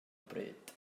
bryd